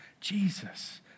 Jesus